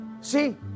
See